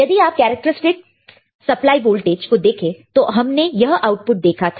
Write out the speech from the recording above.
यदि आप characteristics supply voltage को देखें तो हमने यह आउटपुट देखा था